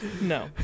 no